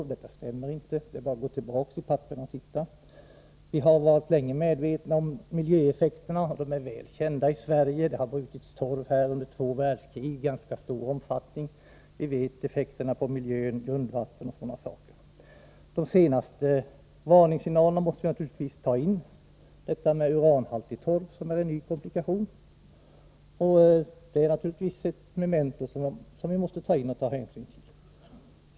Men detta stämmer inte. Det är bara att gå tillbaka i papperen och titta. Vi har länge varit medvetna om miljöeffekterna. De är väl kända i Sverige. Det har brutits torv här under två världskrig i ganska stor omfattning. Vi vet effekterna på miljön och grundvattnet. De senaste varningssignalerna måste naturligtvis beaktas. Uranhaltig torv är en ny komplikation och ett memento som vi måste ta hänsyn till.